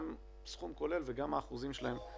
גם סכום כולל וגם האחוזים שלהם בתוך המערכת.